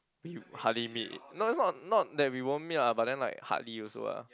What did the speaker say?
we hardly meet no that's not not that we won't meet lah but then like hardly also ah